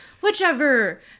whichever